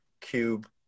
cube